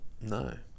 No